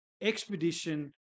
expedition